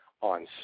On